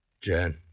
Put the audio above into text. Jan